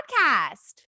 podcast